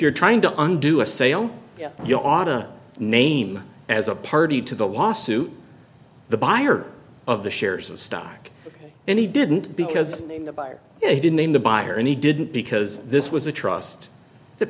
you're trying to undo a sale you oughta name as a party to the lawsuit the buyer of the shares of stock and he didn't because the buyer he didn't name the buyer and he didn't because this was a trust that